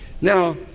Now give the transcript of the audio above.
Now